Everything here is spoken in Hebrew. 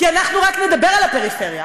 כי אנחנו רק נדבר על הפריפריה,